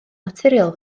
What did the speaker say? naturiol